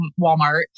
Walmart